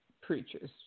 preachers